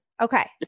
Okay